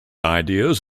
ideas